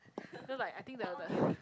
so like I think the the